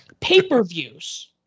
Pay-per-views